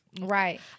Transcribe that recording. right